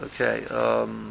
Okay